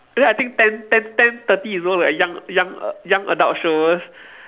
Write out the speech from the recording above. then I think ten ten ten thirty is those like young young young adult shows